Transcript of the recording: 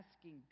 asking